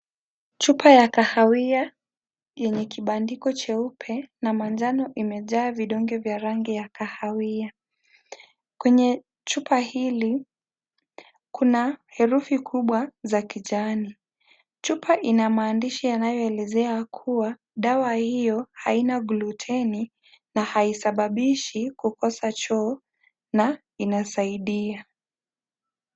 Chupa ya kahawia yenye kibandiko jeupe na manjano imejaa vidonge vya rangi ya kahawia, kwenye chupa hili kuna herufi kubwa za kijani, chupa ina maandishi yanayoelezea kuwa dawa hiyo haina gluteni na haisababishi kukosa choo na inasaidia.